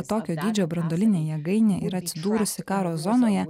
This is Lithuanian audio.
tokio dydžio branduolinė jėgainė yra atsidūrusi karo zonoje